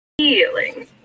feeling